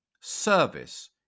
Service